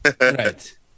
Right